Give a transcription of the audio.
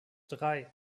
drei